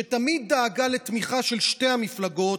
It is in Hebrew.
שתמיד דאגה לתמיכה של שתי המפלגות